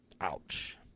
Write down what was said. Ouch